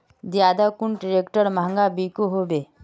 ज्यादा कुन ट्रैक्टर महंगा बिको होबे?